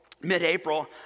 mid-April